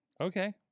Okay